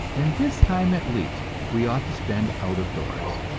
and this time at least we ought to spend out of doors.